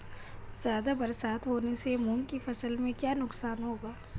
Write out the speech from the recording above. ज़्यादा बरसात होने से मूंग की फसल में क्या नुकसान होगा?